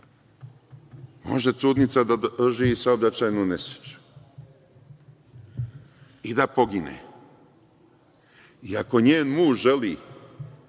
Može trudnica da doživi saobraćajnu nesreću i da pogine. Ako njen muž želi